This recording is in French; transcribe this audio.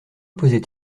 posait